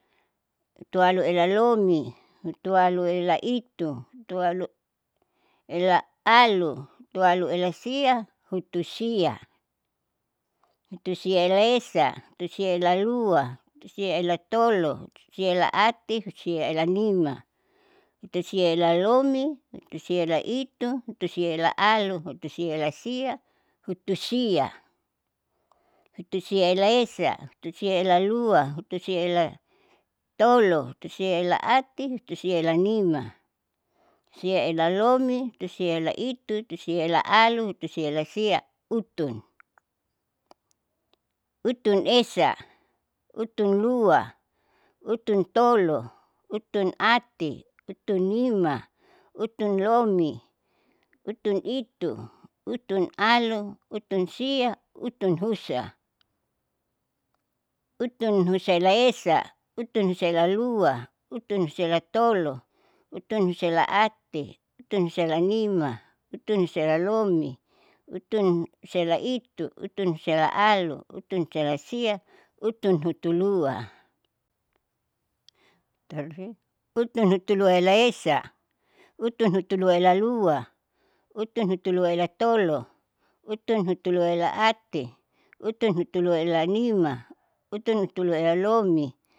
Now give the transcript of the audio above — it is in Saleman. Hutualuela lomi, hutualuela itu, hutualuela alu, hutualuela sia, hutusia, hutusiaela esa, hutusiaela lua, hutusiaela tolo, hutusiaela ati, hutusiaela nima, hutusiaela lomi, hutusiaela itu, hutusiaela alu, hutusiaela sia, hutusiaela esa, hutusiaela lua, hutusiaela tolo, hutusiaela ati, hutusiaela nima, hutusiaela lomi, hutusiaela itu, hutusiaela alu, hutusiaela sia, utun, utun esa, utun lua, utun tolo, utun ati, utun nima, utun lomi, utun itu, utun alu, utun sia, utun husa, utunusaela esa, utunusaela lua, utunusaela tolo, utunusaela ati, utunusaela nima, utunusaela lomi, utunusaela itu, utunusaela alu, utunusaela sia, utunhutulua, utunhutuluaela esa, utunhutuluaela lua, utunhutuluaela tolo, utunhutuluaela ati, utunhutuluaela nima, utunhutuluaela lomi.